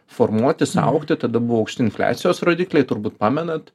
formuotis augti tada buvo aukšti infliacijos rodikliai turbūt pamenat